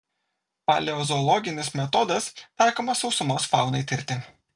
paleozoologinis metodas taikomas sausumos faunai tirti